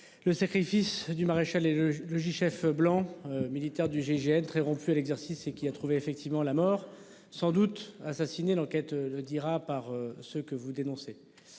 Le sacrifice du maréchal et le. Logis-chef blanc militaires du GIGN très rompu à l'exercice et qui a trouvé effectivement la mort sans doute assassiné, l'enquête le dira par ce que vous dénoncez.